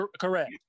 correct